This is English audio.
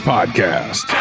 Podcast